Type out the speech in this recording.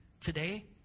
Today